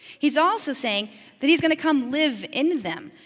he's also saying that he's gonna come live in them.